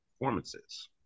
performances